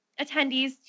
attendees